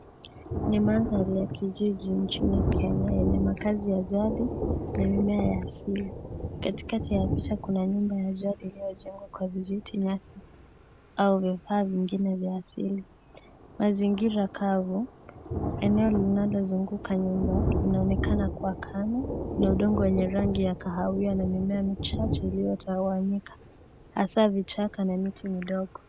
Ni mandhari ya kijiji nchini Kenya yenye makaazi ya jadi na mimea ya asili . Katikati ya picha kuna nyumba ya jadi iliyojengwa kwa vijiti , nyasi au vifaa vingine vya asili . Mazingira kavu , eneo linalozunguka nyumba linaonekana kuwa kame na udongo wenye rangi ya kahawia na mimea michache iliyotawanyika hasa vichaka na miti midogo.